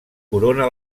corona